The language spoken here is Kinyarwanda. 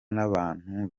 n’abantu